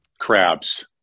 crabs